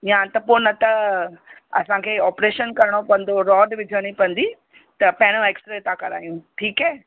या त पोइ न त असांखे ऑपरेशन करिणो पवंदो रॉड विझिणी पवंदी त पहिरियों ऐक्सरे त करायूं ठीकु आहे